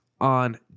on